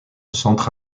centre